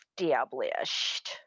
established